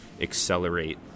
accelerate